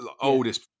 oldest